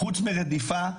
חוץ מרדיפה,